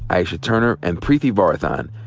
aisha turner, and preeti varathan.